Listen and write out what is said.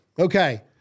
Okay